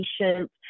patient